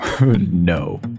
No